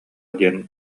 диэн